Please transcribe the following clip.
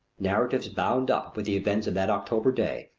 narratives bound up with the events of that october day,